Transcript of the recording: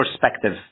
perspective